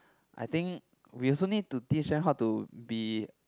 I think we also need to teach them how to be